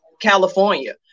California